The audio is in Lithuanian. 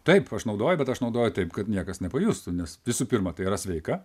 taip aš naudoju bet aš naudoju taip kad niekas nepajustų nes visų pirma tai yra sveika